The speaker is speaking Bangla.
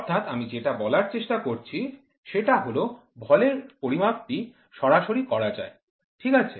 অর্থাৎ আমি যেটা বলার চেষ্টা করছি সেটা হল ভরের পরিমাপটি সরাসরি করা যায় ঠিক আছে